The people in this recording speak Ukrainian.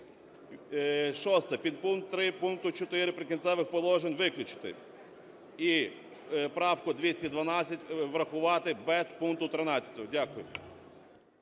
Підпункт 3 пункту 4 "Прикінцевих положень" виключити. І правку 212 врахувати без пункту 13. Дякую.